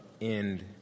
end